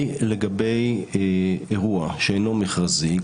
לגבי אירוע שאינו מכרזי,